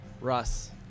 Russ